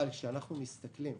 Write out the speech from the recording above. אבל כשאנחנו מסתכלים